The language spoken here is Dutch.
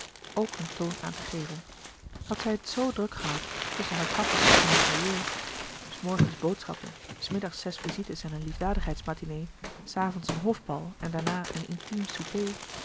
ook een toon aan te geven had zij het zoo druk gehad tusschen haar kapper en haar tailleur s morgens boodschappen s middags zes visites en een liefdadigheidsmatinée s avonds een hofbal en daarna een intiem souper